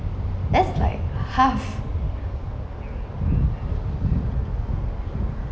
that's like halve